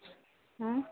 ହଁ